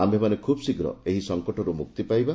ଆୟେମାନେ ଖୁବ୍ଶୀଘ୍ର ଏହି ସଙ୍ଟରୁ ମୁକ୍ତି ପାଇବା